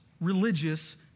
religious